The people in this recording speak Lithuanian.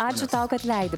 ačiū tau kad leidi